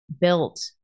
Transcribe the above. built